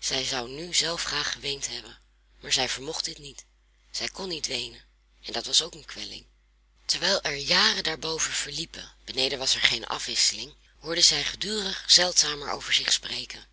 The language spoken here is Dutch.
zij zou nu zelf graag geweend hebben maar zij vermocht dit niet zij kon niet weenen en dat was ook een kwelling terwijl er jaren daar boven verliepen beneden was er geene afwisseling hoorde zij gedurig zeldzamer over zich spreken